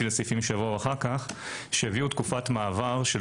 לסעיפים שיבואו אחר כך שיביאו תקופת מעבר של